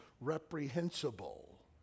reprehensible